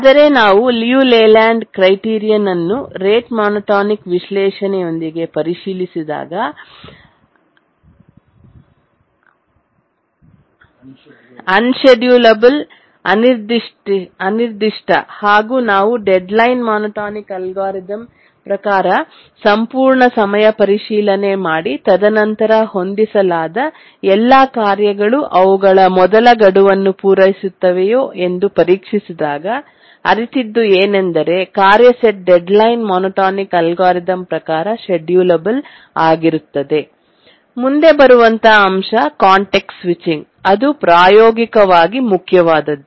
ಆದರೆ ನಾವು Liu Layland criterion ಅನ್ನು ರೇಟ್ ಮೋನೋಟೋನಿಕ್ ವಿಶ್ಲೇಷಣೆ ಯೊಂದಿಗೆ ಪರಿಶೀಲಿಸಿದಾಗ ಅನ್ಶೆಡ್ಯೂಲ್ ಅಬಲ್ ಅನಿರ್ದಿಷ್ಟ ಹಾಗೂ ನಾವು ಡೆಡ್ಲೈನ್ ಮೊನೊಟೋನಿಕ್ ಅಲ್ಗಾರಿದಮ್ ಪ್ರಕಾರ ಸಂಪೂರ್ಣ ಸಮಯ ಪರಿಶೀಲನೆ ಮಾಡಿ ತದನಂತರ ಹೊಂದಿಸಲಾದ ಎಲ್ಲಾ ಕಾರ್ಯಗಳು ಅವುಗಳ ಮೊದಲ ಗಡುವನ್ನು ಪೂರೈಸುತ್ತವೆಯೇ ಎಂದು ಪರೀಕ್ಷಿಸಿದಾಗ ಅರಿತದ್ದು ಏನಂದರೆ ಕಾರ್ಯ ಸೆಟ್ ಡೆಡ್ಲೈನ್ ಮೊನೊಟೋನಿಕ್ ಅಲ್ಗಾರಿದಮ್ ಪ್ರಕಾರ ಶೆಡ್ಯೂಲಬೆಲ್ ಆಗಿರುತ್ತದೆ ಮುಂದೆ ಬರುವಂಥ ಅಂಶ ಕಾಂಟೆಕ್ಸ್ಟ್ ಸ್ವಿಚಿಂಗ್ ಅದು ಪ್ರಾಯೋಗಿಕವಾಗಿ ಮುಖ್ಯವಾದದ್ದು